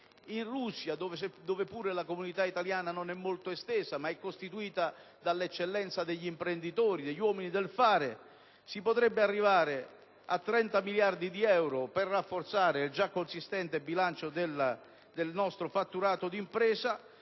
in Russia, dove la comunità italiana non è molto estesa ma è costituita dall'eccellenza degli imprenditori, degli uomini del fare, si potrebbe arrivare a 30 miliardi di euro per rafforzare il già consistente bilancio del nostro fatturato d'impresa